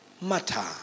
Mata